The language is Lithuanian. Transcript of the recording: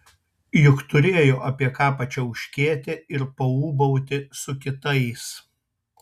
juk turėjo apie ką pačiauškėti ir paūbauti su kitais